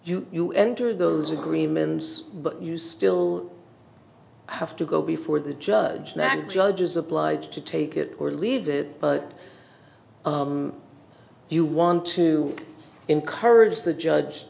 you enter those agreements but you still have to go before the judge than judges obliged to take it or leave it but you want to encourage the judge